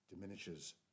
diminishes